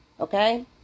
okay